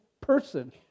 person